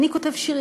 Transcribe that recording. אני כותב שיר,